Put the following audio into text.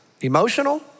emotional